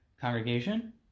congregation